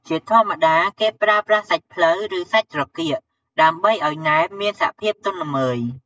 ជាធម្មតា គេប្រើប្រាស់សាច់ភ្លៅ ឬសាច់ត្រគាក ដើម្បីឱ្យណែមមានសភាពទន់ល្មើយ។